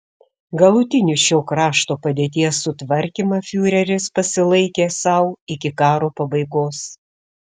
galutinį šio krašto padėties sutvarkymą fiureris pasilaikė sau iki karo pabaigos